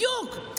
בדיוק.